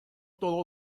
todo